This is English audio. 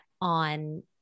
on